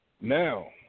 now